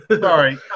Sorry